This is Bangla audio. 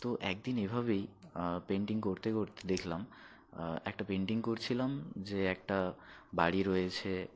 তো এক দিন এভাবেই পেন্টিং করতে করতে দেখলাম একটা পেন্টিং করছিলাম যে একটা বাড়ি রয়েছে